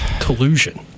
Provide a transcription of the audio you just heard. Collusion